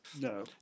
no